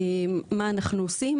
מה אנחנו עושים?